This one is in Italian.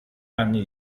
anni